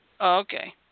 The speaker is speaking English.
Okay